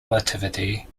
relativity